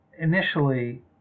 initially